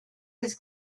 this